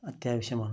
അത്യാവശ്യമാണ്